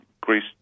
Greece